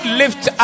lift